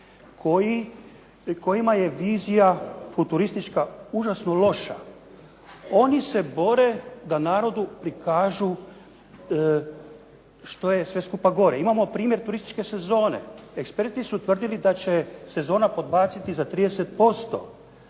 kojima je vizija futuristička užasno loša. Oni se bore da narodu prikažu što je sve skupa gore. Imamo primjer turističke sezone. Eksperti su tvrdili da će sezona podbaciti za 30%.